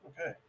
Okay